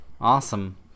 Awesome